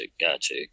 gotcha